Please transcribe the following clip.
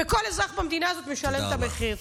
וכל אזרח במדינה הזאת משלם את המחיר.